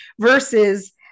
Versus